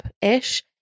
ish